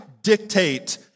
dictate